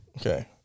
Okay